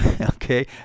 okay